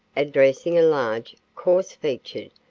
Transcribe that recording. addressing a large, coarse featured,